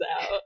out